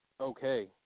okay